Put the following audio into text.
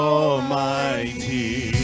almighty